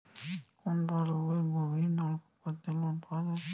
কোন প্রকল্পে গভির নলকুপ করতে লোন পাওয়া য়ায়?